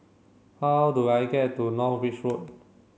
how do I get to North Bridge Road